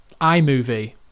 iMovie